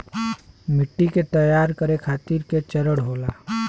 मिट्टी के तैयार करें खातिर के चरण होला?